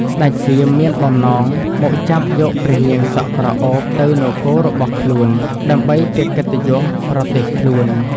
ស្ដេចសៀមមានបំណងមកចាប់យកព្រះនាងសក់ក្រអូបទៅនគររបស់ខ្លួន ដើម្បីជាកិត្តិយសប្រទេសខ្លួន។